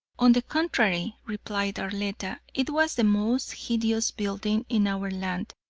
on the contrary, replied arletta, it was the most hideous building in our land.